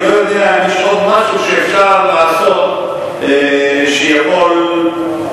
אני לא יודע אם יש עוד משהו שאפשר לעשות שיכול לשפר.